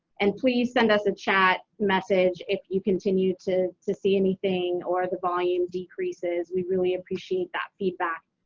and please send us a chat message if you continue to to see anything or the volume decreases, we really appreciate that feedback.